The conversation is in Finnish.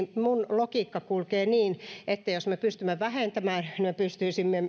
logiikkani kulkee niin että jos me pystymme vähentämään niin me pystyisimme